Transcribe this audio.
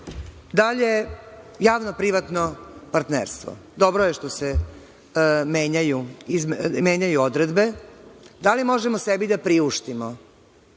javno-privatno partnerstvo. Dobro je što se menjaju odredbe. Da li možemo sebi da priuštimo